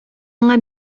аңа